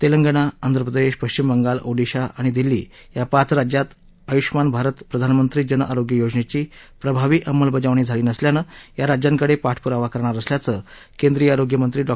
तेलंगणा आंध्र प्रदेश पश्चिम बंगाल ओडिशा आणि दिल्ली या पाच राज्यात आयुष्यमान भारत प्रधानमंत्री जन आरोग्य योजनेची प्रभावी अंमलबजावणी झाली नसल्यानं या राज्यांकडे पाठपुरावा करणार असल्याचं केंद्रीय आरोग्य मंत्री डॉ